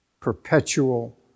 Perpetual